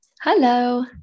Hello